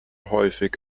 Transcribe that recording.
häufig